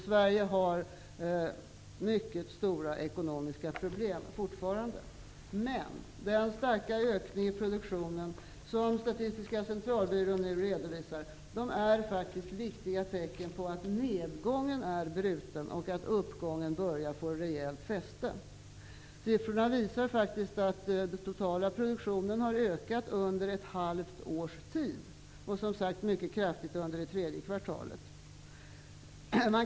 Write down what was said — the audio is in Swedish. Sverige har fortfarande mycket stora ekonomiska problem. Men den starka ökning i produktionen som Statiska centralbyrån nu redovisar är faktiskt ett viktigt tecken på att nedgången är bruten och att uppgången börjar få rejält fäste. Siffrorna visar faktiskt att den totala produktionen har ökat under ett halvt års tid och, som sagt, mycket kraftigt under det tredje kvartalet.